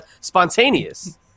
spontaneous